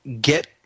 get